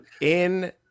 in-